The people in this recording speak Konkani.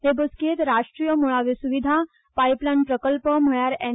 हे बसकेंत राष्ट्रीय मुळाव्यो सुविधा पाईपलाईन प्रकल्प म्हळ्यार एन